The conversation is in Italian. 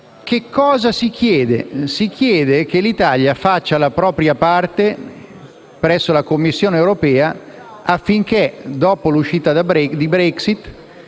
Cosa si chiede? Che l'Italia faccia la propria parte presso la Commissione europea affinché, dopo la Brexit,